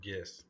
Yes